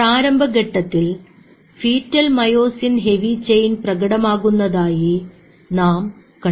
പ്രാരംഭഘട്ടത്തിൽ fetal myosin heavy chain പ്രകടമാകുന്നതായി നാം കണ്ടു